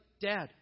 Dad